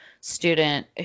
student